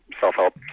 self-help